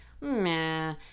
meh